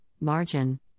margin